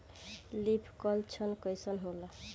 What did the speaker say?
Leaf curl लक्षण कइसन होला?